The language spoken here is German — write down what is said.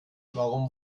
warum